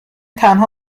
تنها